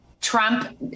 Trump